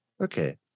Okay